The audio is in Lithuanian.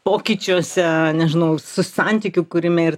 pokyčiuose nežinau santykių kūrime ir